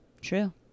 true